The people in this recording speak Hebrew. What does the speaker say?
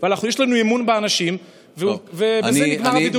יש לנו אמון באנשים, ובזה נגמר הבידוד.